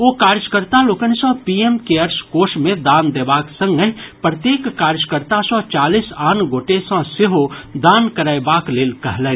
ओ कार्यकर्ता लोकनि सँ पीएम केयर्स कोष मे दान देबाक संगहि प्रत्येक कार्यकर्ता सँ चालीस आन गोटे सँ सेहो दान करयबाक लेल कहलनि